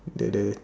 the the